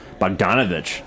Bogdanovich